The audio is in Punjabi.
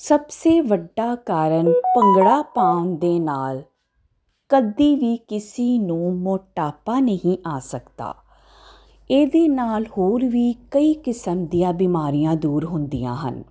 ਸਭ ਸੇ ਵੱਡਾ ਕਾਰਨ ਭੰਗੜਾ ਪਾਉਣ ਦੇ ਨਾਲ ਕਦੀ ਵੀ ਕਿਸੀ ਨੂੰ ਮੋਟਾਪਾ ਨਹੀਂ ਆ ਸਕਦਾ ਇਹਦੇ ਨਾਲ ਹੋਰ ਵੀ ਕਈ ਕਿਸਮ ਦੀਆਂ ਬਿਮਾਰੀਆਂ ਦੂਰ ਹੁੰਦੀਆਂ ਹਨ